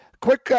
Quick